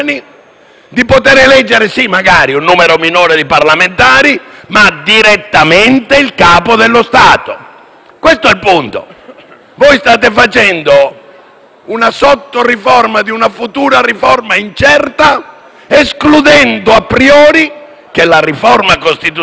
Voi state facendo una sottoriforma di una futura riforma incerta escludendo *a priori* che la riforma costituzionale, nel prosieguo del percorso, cambi completamente la prospettiva delle nostre nuove istituzioni.